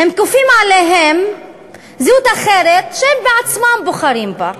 הם כופים עליהם זהות אחרת, שהם בעצמם בוחרים בה.